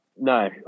no